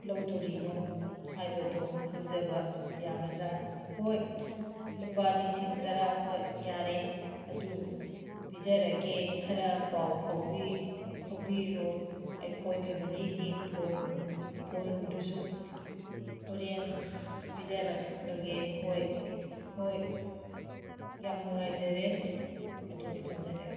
ꯂꯧꯗꯣꯏꯔꯤꯅꯣ ꯍꯥꯏꯕꯗꯨ ꯈꯪꯖꯕ ꯌꯥꯒꯗ꯭ꯔꯥ ꯍꯣꯏ ꯂꯨꯄꯥ ꯂꯤꯁꯤꯡ ꯇꯔꯥ ꯍꯣꯏ ꯌꯥꯔꯦ ꯑꯗꯨ ꯄꯤꯖꯔꯒꯦ ꯈꯔ ꯄꯥꯎ ꯐꯥꯎꯕꯤ ꯐꯥꯎꯕꯤꯔꯣ ꯑꯩꯈꯣꯏ ꯐꯦꯃꯤꯂꯤꯒꯤ ꯐꯣꯟ ꯐꯣꯟꯗꯨꯁꯨ ꯍꯣꯔꯦꯟ ꯄꯤꯖꯔꯛꯂꯒꯦ ꯍꯣꯏ ꯍꯣꯏ ꯌꯥꯝ ꯅꯨꯉꯥꯏꯖꯔꯦ ꯑꯗꯣ ꯊꯝꯖꯔꯒꯦ